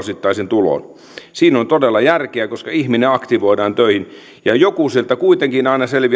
siinä on todella järkeä koska ihminen aktivoidaan töihin ja joku sieltä kuitenkin aina selviää sitten niin sanotusti normaaliin työelämään jossa saa ihan